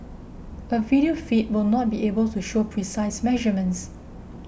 a video feed will not be able to show precise measurements